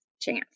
chance